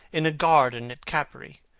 in a garden at capri,